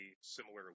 similar